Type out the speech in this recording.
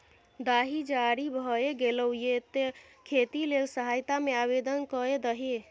दाही जारी भए गेलौ ये तें खेती लेल सहायता मे आवदेन कए दही